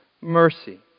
mercy